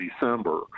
December